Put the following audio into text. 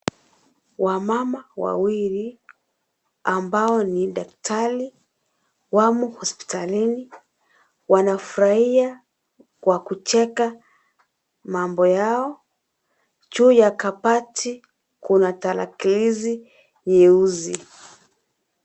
Wamama wawili ambao ni daktari wamo hospitalini wamo hospitalini, wanafurahia kwa kucheka mambo yao juu ya kabati kuna tarakilishi nyeusi.